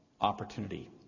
opportunity